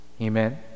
Amen